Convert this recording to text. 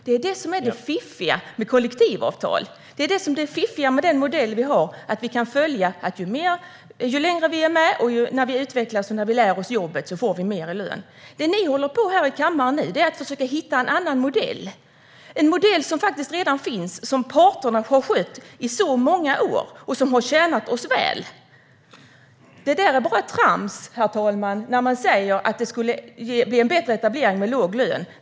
Det är det fiffiga med kollektivavtal, och det är det fiffiga med den modell som finns i Sverige. Ju längre vi är med, utvecklas och lär oss jobbet, ju mer får vi i lön. Vad ni försöker göra här i kammaren är att hitta en annan modell. Det ska vara en modell som faktiskt redan finns, som parterna har skött i många år och som har tjänat oss väl. Herr talman! Det är bara trams när man säger att det blir en bättre etableringsnivå med en låg lön.